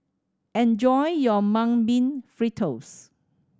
enjoy your Mung Bean Fritters